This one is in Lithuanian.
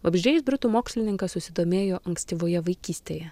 vabzdžiais britų mokslininkas susidomėjo ankstyvoje vaikystėje